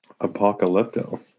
apocalypto